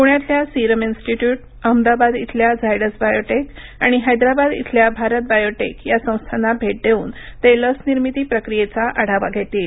पुण्यातल्या Serum Institute Ahmedabad इथ Zydus Biotech आणि हैद्राबाद इथल्या भारत बायोटेक या संस्थांना भेट देऊन ते लस निर्मिती प्रक्रियेचा आढावा घेतील